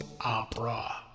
opera